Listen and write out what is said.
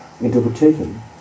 interpretation